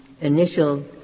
initial